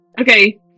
Okay